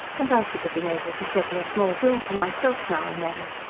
and i should have been able to settle a small bill for myself now and then.